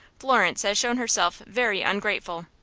florence has shown herself very ungrateful.